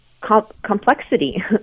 complexity